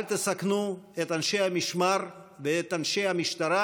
אל תסכנו את אנשי המשמר ואת אנשי המשטרה,